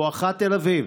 בואכה תל אביב.